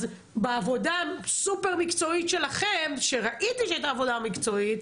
אז בעבודה סופר מקצועית שלכם שראיתי שהייתה עבודה מקצועית,